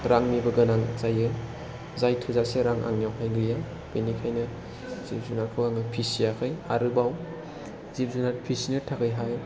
रांनिबो गोनां जायो जाय थोजासे रां आंनियावहाय गैया बेनिखायनो जिब जुनारखौ आङो फिसियाखै आरोबाव जिब जुनार फिसिनो थाखायहाय